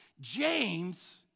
james